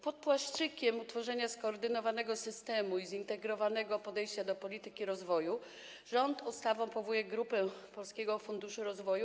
Pod płaszczykiem utworzenia skoordynowanego systemu i zintegrowanego podejścia do polityki rozwoju rząd ustawą powołuje Grupę Polskiego Funduszu Rozwoju.